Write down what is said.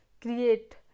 create